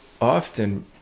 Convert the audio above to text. often